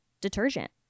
detergent